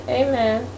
amen